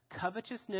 Covetousness